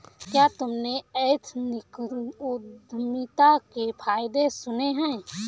क्या तुमने एथनिक उद्यमिता के फायदे सुने हैं?